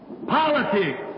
Politics